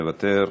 מוותר,